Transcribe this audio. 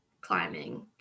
climbing